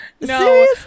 no